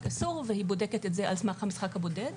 אסור והיא בודקת את זה על סמך המשחק הבודד,